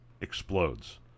explodes